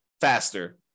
faster